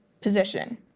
position